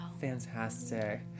Fantastic